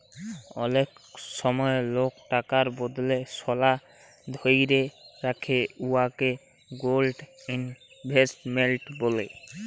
অলেক সময় লক টাকার বদলে সলা ধ্যইরে রাখে উয়াকে গোল্ড ইলভেস্টমেল্ট ব্যলে